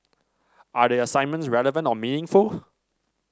are the assignments relevant or meaningful